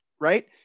right